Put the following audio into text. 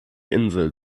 insel